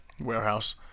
warehouse